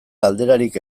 galderarik